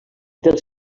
del